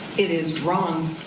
it is wrong.